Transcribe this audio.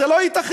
זה לא ייתכן.